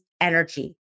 energy